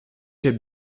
had